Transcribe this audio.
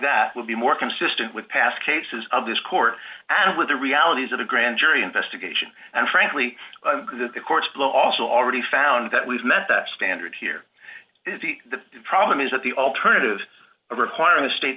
that would be more consistent with past cases of this court and with the realities of the grand jury investigation and frankly the court's blow also already found that we've met that standard here the problem is that the alternative of requiring a state